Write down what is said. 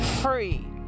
Free